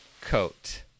coat